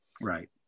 Right